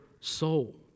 soul